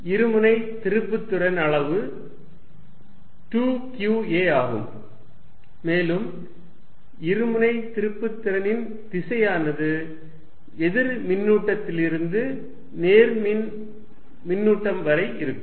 எனவே இருமுனை திருப்புத்திறன் அளவு 2qa ஆகும் மேலும் இருமுனை திருப்புத்திறனின் திசையானது எதிர்மறை மின்னூட்டத்திலிருந்து நேர்மறை மின்னூட்டம் வரை இருக்கும்